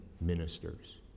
ministers